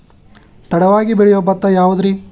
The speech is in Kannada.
ತಡವಾಗಿ ಬೆಳಿಯೊ ಭತ್ತ ಯಾವುದ್ರೇ?